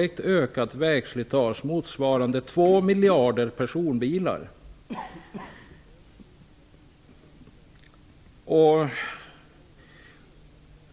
ett ökat vägslitage motsvarande 2 miljarder personbilar!